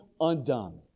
undone